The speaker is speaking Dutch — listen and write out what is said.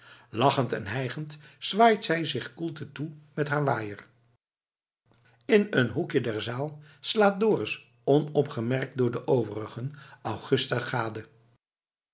lachend en hijgend waait zij zich koelte toe met haar waaier in een hoekje der zaal slaat dorus onopgemerkt door de overigen augusta gade